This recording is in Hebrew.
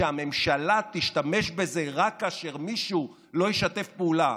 שהממשלה תשתמש בזה רק כאשר מישהו לא ישתף פעולה.